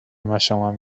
مشامم